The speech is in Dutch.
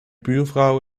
buurvrouw